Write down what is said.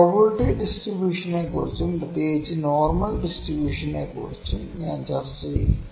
probability ഡിസ്ട്രിബൂഷനെക്കുറിച്ചും പ്രത്യേകിച്ചും normal ഡിസ്ട്രിബൂഷനെക്കുറിച്ചും ഞാൻ ചർച്ച ചെയ്യും